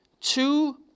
two